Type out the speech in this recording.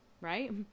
right